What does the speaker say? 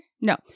No